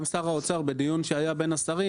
בדיון שהיה בין השרים,